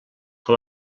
que